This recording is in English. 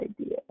idea